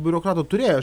biurokratų turėjo aš